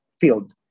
field